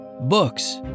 Books